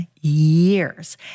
years